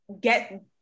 get